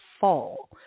fall